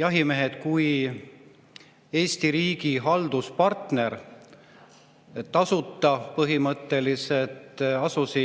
jahimehed kui Eesti riigi halduspartner põhimõtteliselt tasuta,